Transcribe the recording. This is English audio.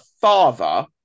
father